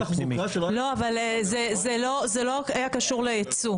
זה לא היה קשור ליצוא.